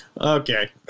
Okay